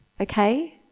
okay